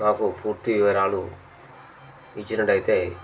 మాకు పూర్తి వివరాలు ఇచ్చినట్టైతే